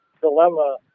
dilemma